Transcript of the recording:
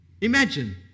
Imagine